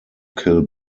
kill